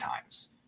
times